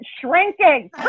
shrinking